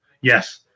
Yes